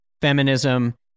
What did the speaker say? feminism